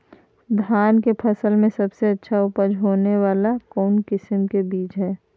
धान के फसल में सबसे अच्छा उपज होबे वाला कौन किस्म के बीज हय?